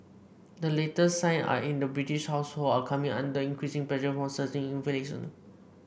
the latest sign are in the British household are coming under increasing pressure from surging inflation